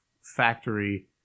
factory